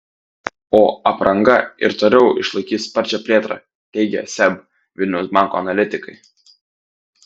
o apranga ir toliau išlaikys sparčią plėtrą teigia seb vilniaus banko analitikai